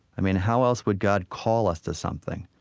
i mean, how else would god call us to something?